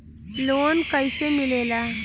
Loan कईसे मिलेला?